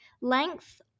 length